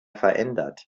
verändert